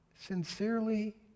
sincerely